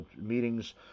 meetings